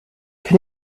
can